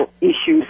issues